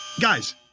Guys